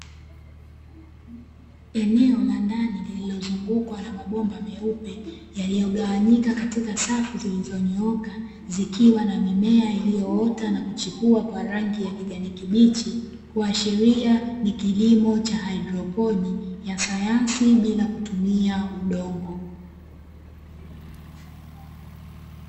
Eneo la ndani lililozungukwa na mabomba meupe yaliyogawanyika katika safu zilizonyooka, zikiwa na mimea iliyoota na kuchipua kwa rangi ya kijani kibichi, kuashiria ni kilimo cha haidroponi ya sayansi bila kutumia udongo.